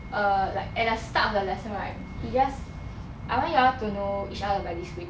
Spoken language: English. err like at the start of the lesson right he just I want you all to know each other by this week